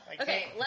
Okay